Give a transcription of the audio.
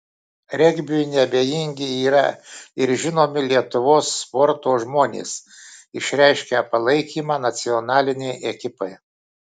regbiui neabejingi yra ir žinomi lietuvos sporto žmonės išreiškę palaikymą nacionalinei ekipai